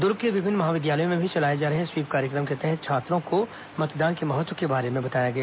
दुर्ग के विभिन्न महाविद्यालयों में भी चलाए जा रहे स्वीप कार्यक्रम के तहत छात्रों को मतदान के महत्व के बारे में बताया गया